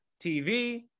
TV